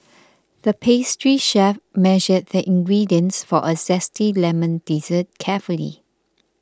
the pastry chef measured the ingredients for a Zesty Lemon Dessert carefully